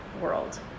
world